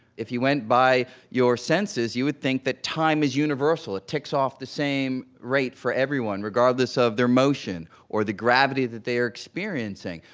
if you went by your senses, you would think that time is universal. it ticks off the same rate for everyone, regardless of their motion or the gravity that they are experiencing.